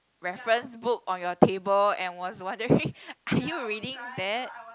reference book on your table and was wondering are you reading that